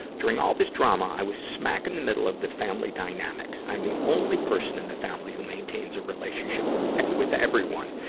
during all this drama, i was smack in the middle of the family dynamics. i'm the only person in the family who maintains a relationship with everyone.